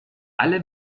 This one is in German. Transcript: alle